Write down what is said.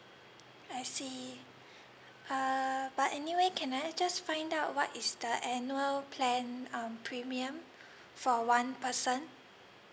I see uh but anyway can I just find out what is the annual plan um premium for one person